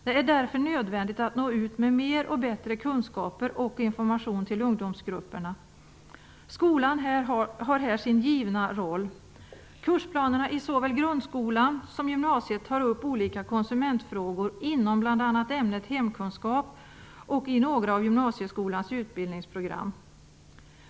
Det är därför nödvändigt att nå ut med mer och bättre kunskaper och information till ungdomsgrupperna. Skolan har här sin givna roll. Kursplanerna i såväl grundskolan som gymnasiet tar upp olika konsumentfrågor inom bl.a. ämnet hemkunskap och i några av gymnasieskolans utbildningsprogram.